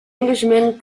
englishman